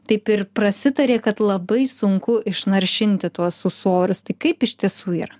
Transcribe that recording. taip ir prasitarė kad labai sunku išnaršinti tuos ūsorius tai kaip iš tiesų yra